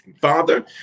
Father